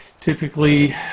typically